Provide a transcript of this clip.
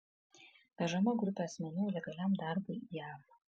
vežama grupė asmenų legaliam darbui į jav